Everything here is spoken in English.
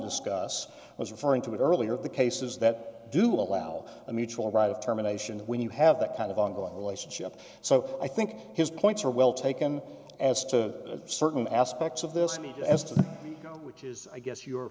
discuss i was referring to earlier the cases that do allow a mutual right of terminations when you have that kind of ongoing relationship so i think his points are well taken as to certain aspects of this me as to which is i guess your